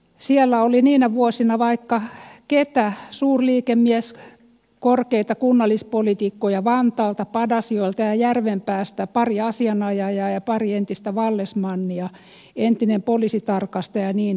siellä oli niinä vuosina vaikka ketä suurliikemies korkeita kunnallispoliitikkoja vantaalta padasjoelta ja järvenpäästä pari asianajajaa ja pari entistä vallesmannia entinen poliisitarkastaja ja niin edelleen